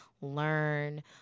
learn